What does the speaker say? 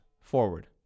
forward